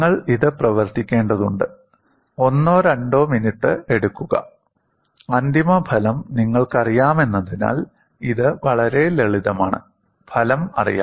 നിങ്ങൾ ഇത് പ്രവർത്തിക്കേണ്ടതുണ്ട് ഒന്നോ രണ്ടോ മിനിറ്റ് എടുക്കുക അന്തിമഫലം നിങ്ങൾക്കറിയാമെന്നതിനാൽ ഇത് വളരെ ലളിതമാണ് ഫലം അറിയാം